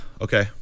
Okay